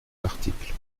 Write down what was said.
l’article